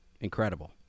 incredible